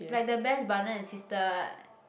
like the best brother and sister